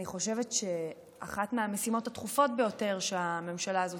אני חושבת שאחת המשימות הדחופות ביותר שהממשלה הזו